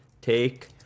Take